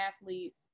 athletes